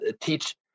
teach